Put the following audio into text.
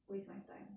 waste my time